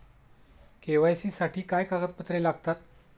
KYC साठी काय कागदपत्रे लागतात?